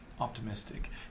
optimistic